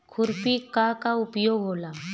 खुरपी का का उपयोग होला?